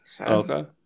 Okay